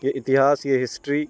یہ اتہاس یہ ہسٹری